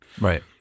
Right